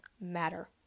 matter